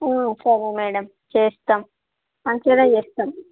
సరే మ్యాడమ్ చేస్తాం మంచిగా చేస్తాం